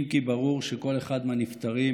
אם כי ברור שכל אחד מהנפטרים